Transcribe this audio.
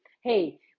Hey